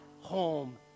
home